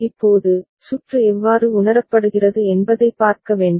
இப்போது சுற்று எவ்வாறு உணரப்படுகிறது என்பதைப் பார்க்க வேண்டும்